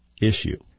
issue